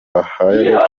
ahaye